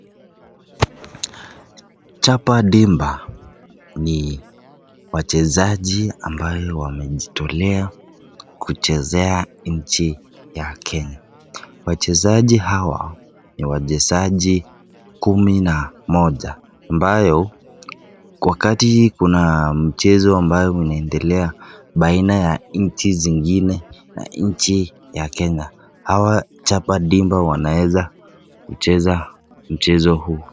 Chapa Dimba ni wachezaji ambayo wamejitolea kuchezea nchi ya Kenya. Wachezaji hawa ni wachezaji kumi na moja ambayo wakati kuna mchezo ambayo inaendelea baina ya nchi zingine na nchi ya Kenya hawa Chapa Dimba wanaweza kucheza mchezo huu.